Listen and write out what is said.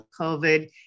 COVID